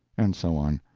and so on.